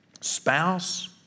spouse